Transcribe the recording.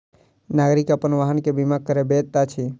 नागरिक अपन वाहन के बीमा करबैत अछि